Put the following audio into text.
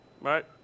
Right